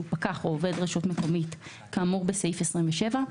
פקח או עובד רשות מקומית כאמור בסעיף 27,